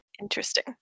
Interesting